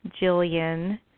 Jillian